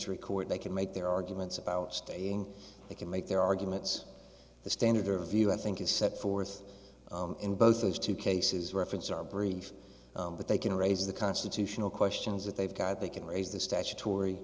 chance record they can make their arguments about stating they can make their arguments the standard their view i think is set forth in both those two cases reference or brief but they can raise the situational questions that they've got they can raise the statutory